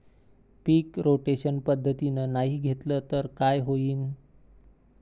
पीक rotation पद्धतीनं नाही घेतलं तर काय होईन?